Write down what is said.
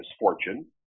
misfortune